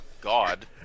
God